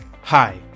Hi